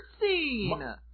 scene